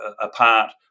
apart